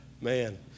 man